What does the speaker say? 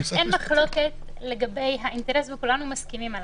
אין מחלוקת לגבי האינטרס וכולנו מסכימים עליו.